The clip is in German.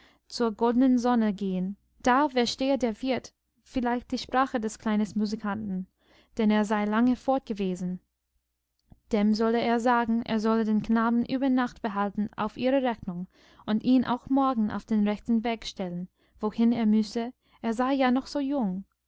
zur goldenen sonne gehen da verstehe der wirt vielleicht die sprache des kleinen musikanten denn er sei lange fort gewesen dem solle er sagen er solle den knaben über nacht behalten auf ihre rechnung und ihn auch morgen auf den rechten weg stellen wohin er müsse er sei ja noch so jung